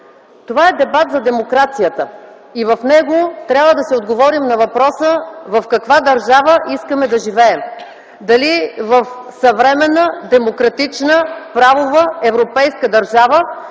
Това е дебат за демокрацията и в него трябва да си отговорим на въпроса в каква държава искаме да живеем – дали в съвременна, демократична, правова, европейска държава